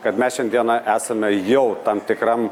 kad mes šiandieną esame jau tam tikram